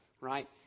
right